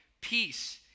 peace